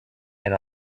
and